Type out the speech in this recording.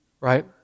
Right